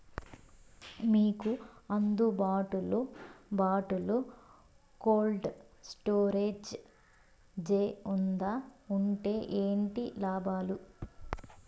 మీకు అందుబాటులో బాటులో కోల్డ్ స్టోరేజ్ జే వుందా వుంటే ఏంటి లాభాలు?